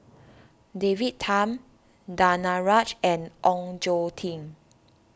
David Tham Danaraj and Ong Tjoe Kim